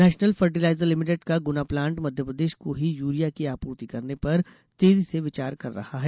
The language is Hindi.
नेशनल फर्टिलाइजर लिमिटेड का गुना प्लांट मध्यप्रदेश को ही यूरिया की आपूर्ति करने पर तेजी से विचार कर रहा है